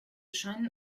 scheinen